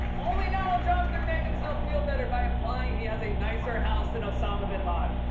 only donald trump can make himself feel better by implying he has a nicer house than osama bin laden.